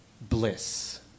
bliss